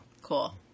Cool